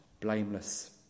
blameless